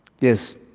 Yes